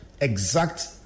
exact